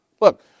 look